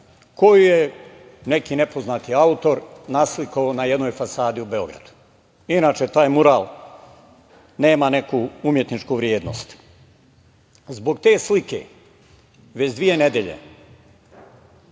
koju je neki nepoznati autor naslikao na jednoj fasadi u Beogradu. Inače, taj mural nema neku umetničku vrednost. Zbog te slike već dve nedelje